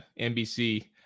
NBC